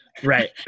right